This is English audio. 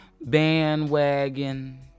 bandwagon